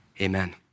Amen